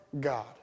God